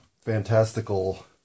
fantastical